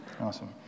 Awesome